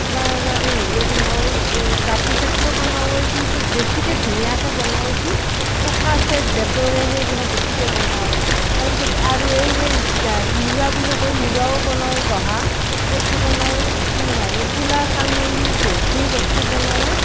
হেৰিও বনায় জাপি চাপিও বনাবই কিন্তু বেছিকৈ ধুনীয়াকৈ বনায় কি চোফা চেট বেতৰে সেইবিলাক বেছিকৈ বনায় তাৰ পিছত আৰু সেইবিলাকৰ মূহুৰা বুলিও কয় মুহুৰাও বনায় বহা সেইটো বনায় হেৰি কুলা চালনি বহুতখিনি বস্তু বনাৱা হয়